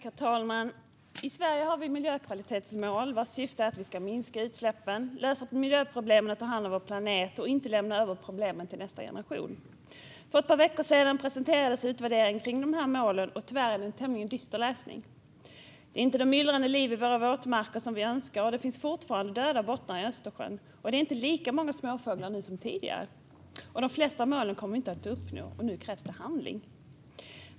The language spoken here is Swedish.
Herr talman! I Sverige har vi miljökvalitetsmål, vars syfte är att vi ska minska utsläppen, lösa miljöproblemen och ta hand om vår planet, och inte lämna över problemen till nästa generation. För ett par veckor sedan presenterades en utvärdering gällande dessa mål, och det är tyvärr tämligen dyster läsning. Det är inte det myllrande liv i våra våtmarker som vi önskar, och det finns fortfarande döda bottnar i Östersjön. Och det finns inte lika många småfåglar nu som tidigare. De flesta målen kommer vi inte att uppnå, och nu krävs det handling.